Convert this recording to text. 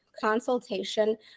consultation